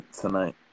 tonight